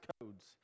codes